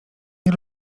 nie